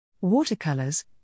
Watercolors